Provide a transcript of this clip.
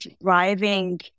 driving